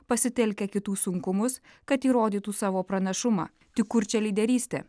pasitelkia kitų sunkumus kad įrodytų savo pranašumą tik kur čia lyderystė